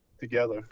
together